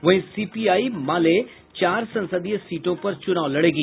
वहीं सीपीआई माले चार संसदीय सीटों पर चुनाव लड़ेगी